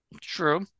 true